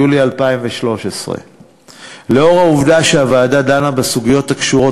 ביולי 2013. לאור העובדה שהוועדה דנה בסוגיות הקשורות